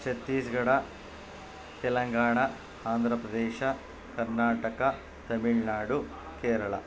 Chhattisgarh Telangana Andhra Pradesh Karnataka Tamil Nadu Kerala